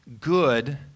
good